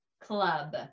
Club